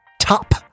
top